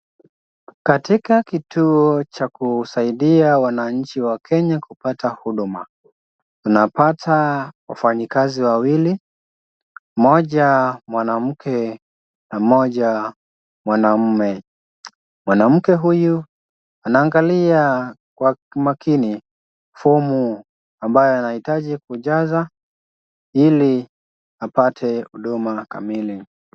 Katika kituo cha kusaidia wananchi wa Kenya kupata huduma, tunapata wafanyikazi wawili, mmoja mwanamke na mmoja mwanamume. Mwanamke huyu anaangalia kwa makini fomu ambayo anahitaji kujaza ili apate huduma kamili.